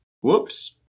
Whoops